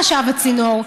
חשב הצינור,